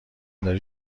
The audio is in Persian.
داری